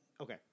Okay